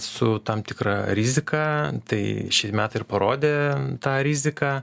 su tam tikra rizika tai ši metai ir parodė tą riziką